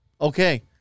Okay